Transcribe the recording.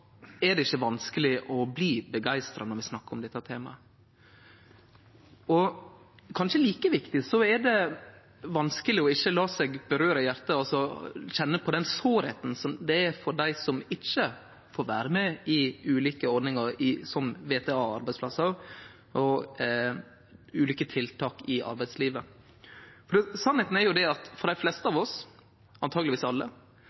kanskje er like viktig, er at det er vanskeleg å ikkje la seg røre i hjartet, altså kjenne på den sårheita som det er for dei som ikkje får vere med i ulike ordningar, som VTA-arbeidsplassar og ulike tiltak i arbeidslivet. For sanninga er jo at for dei fleste av oss, antakeleg for alle,